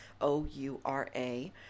o-u-r-a